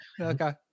Okay